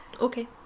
Okay